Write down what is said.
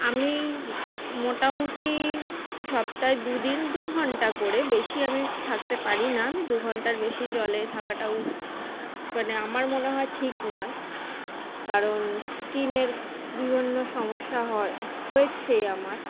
আমি মোটামুটি সপ্তায় দু দিন দু ঘন্টা করে বেশি আমি থাকতে পারি না আমি দু ঘন্টার বেশি জলে থাকাটাও মানে আমার মনে হয় ঠিক নয় কারণ স্কিনের বিভিন্ন সমস্যা হয় হয়েছে আমার